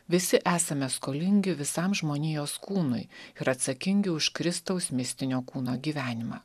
visi esame skolingi visam žmonijos kūnui ir atsakingi už kristaus mistinio kūno gyvenimą